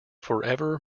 forever